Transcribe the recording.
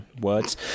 words